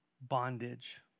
bondage